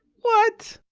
what!